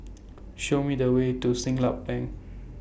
Show Me The Way to Siglap Bank